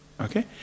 Okay